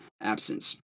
absence